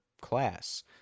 class